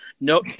No